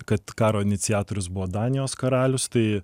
kad karo iniciatorius buvo danijos karalius tai